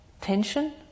tension